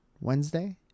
Wednesday